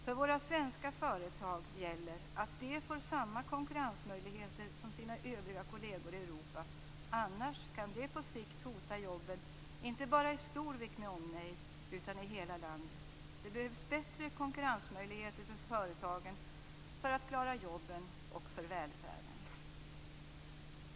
För våra svenska företag gäller att de får samma konkurrensmöjligheter som sina övriga kolleger i Europa, annars kan det på sikt hota jobben inte bara i Storvik med omnejd utan i hela landet. Det behövs bättre konkurrensmöjligheter för företagen för att klara jobben och för välfärden.